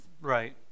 right